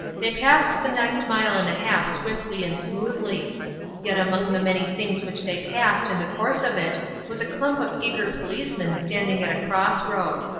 they passed the next mile and a half swiftly and smoothly yet among the many things which they passed in the course of it was a clump of eager policemen standing at a cross-road.